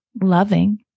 loving